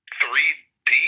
3d